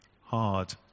hard